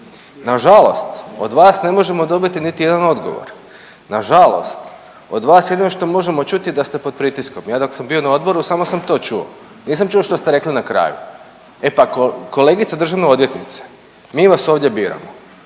Nažalost, od vas ne možemo dobiti niti jedan odgovor. Nažalost, od vas jedino što možemo čuti je da ste pod pritiskom, ja dok sam bio na odboru samo sam to čuo, nisam čuo što ste rekli na kraju. E pa kolegice državna odvjetnice mi vas ovdje biramo.